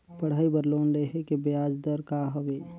पढ़ाई बर लोन लेहे के ब्याज दर का हवे?